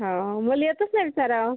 हो मला येतच नाही विचारावं